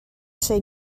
say